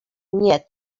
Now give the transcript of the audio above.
nie